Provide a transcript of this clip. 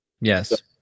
yes